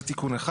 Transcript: זה תיקון אחד.